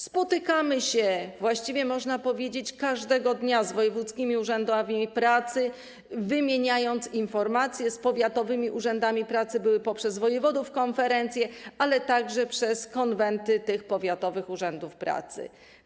Spotykamy się, właściwie można powiedzieć, że każdego dnia, z wojewódzkimi urzędami pracy, wymieniając informacje, a z powiatowymi urzędami pracy były poprzez wojewodów konferencje, ale także przez konwenty tych powiatowych urzędów pracy.